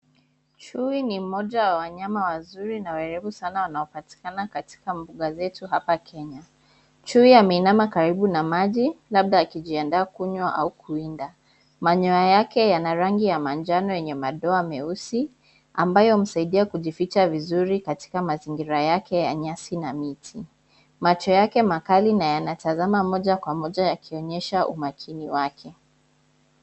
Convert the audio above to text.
Chui ni mmoja wa wanyama wazuri na werevu sana wanaopatikana katika mbuga zetu hapa Kenya. Chui ameinama karibu na maji, labda akijiandaa kunywa au kuwinda. Manyoya yake yana rangi ya manjano yenye madoa ambayo humsaidia kujificha vizuri katika mazingira yake ya nyasi na miti. Macho yake makali na yanatazama moja kwa moja yakionyesha umakini wake.